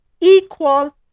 equal